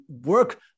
work